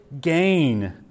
gain